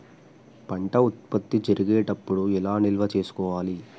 పంట ఉత్పత్తి జరిగేటప్పుడు ఎలా నిల్వ చేసుకోవాలి?